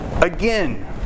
Again